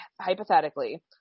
hypothetically